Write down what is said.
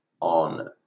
on